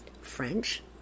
French